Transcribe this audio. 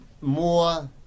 more